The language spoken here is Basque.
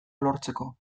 lortzeko